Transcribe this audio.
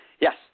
Yes